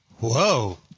Whoa